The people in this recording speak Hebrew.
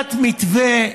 והפיכת מתווה,